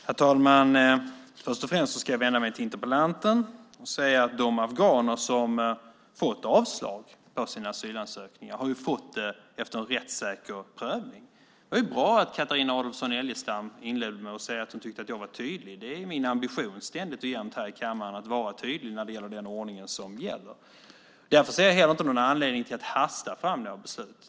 Herr talman! Först och främst ska jag vända mig till interpellanten och säga att de afghaner som fått avslag på sina asylansökningar har fått det efter en rättssäker prövning. Det var bra att Carina Adolfsson Elgestam inledde med att säga att hon tyckte att jag var tydlig. Det är min ambition ständigt och jämt här i kammaren att vara tydlig när det gäller den ordning som gäller. Därför ser jag inte heller någon anledning till att hasta fram några beslut.